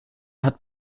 hat